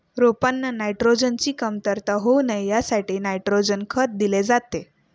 रोपांना नायट्रोजनची कमतरता होऊ नये यासाठी नायट्रोजन खत दिले जाते